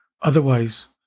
Otherwise